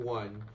one